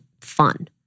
fun